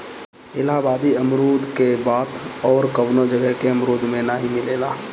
इलाहाबादी अमरुद के बात अउरी कवनो जगह के अमरुद में नाइ मिलेला